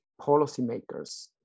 policymakers